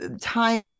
time